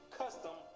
custom